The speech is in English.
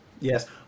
Yes